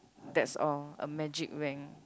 that's all a magic wand